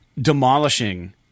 demolishing